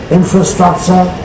infrastructure